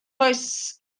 oes